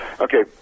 Okay